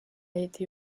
été